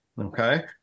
Okay